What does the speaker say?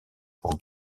pour